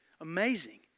Amazing